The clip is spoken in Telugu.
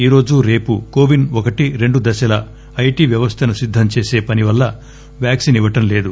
ఈ రోజు రేపు కోవిన్ ఒకటి రెండు దశల ఐటి వ్యవస్థను సిద్దం చేసే పనివల్ల వ్యాక్పిన్ ఇవ్వడం లేదు